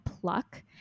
Pluck